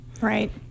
right